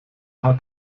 hat